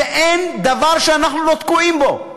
ואין דבר שאנחנו לא תקועים בו.